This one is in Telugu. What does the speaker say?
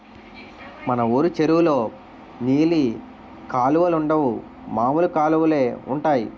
మన వూరు చెరువులో నీలి కలువలుండవు మామూలు కలువలే ఉంటాయి